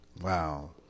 Wow